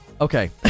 Okay